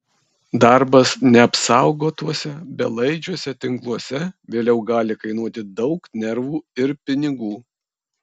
darbas neapsaugotuose belaidžiuose tinkluose vėliau gali kainuoti daug nervų ir pinigų